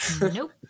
Nope